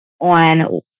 on